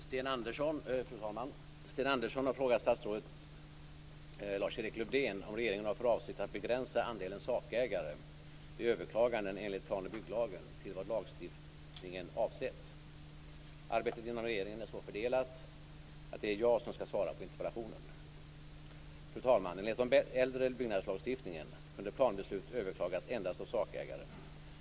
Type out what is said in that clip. Fru talman! Sten Andersson har frågat statsrådet Lars-Erik Lövdén om regeringen har för avsikt att begränsa andelen sakägare vid överklaganden enligt plan och bygglagen till vad lagstiftningen avsett. Arbetet inom regeringen är så fördelat att det är jag som skall svara på interpellationen. Fru talman! Enligt den äldre byggnadslagstiftningen kunde planbeslut överklagas endast av sakägare.